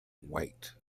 white